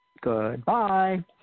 Goodbye